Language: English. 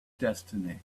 destiny